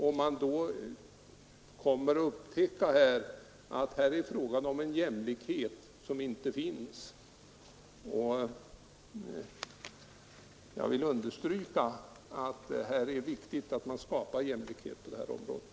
Man kommer då att upptäcka att det inte finns någon jämlikhet. Jag vill understryka att det är viktigt att skapa jämlikhet på detta område.